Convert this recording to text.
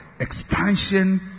Expansion